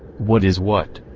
what is what?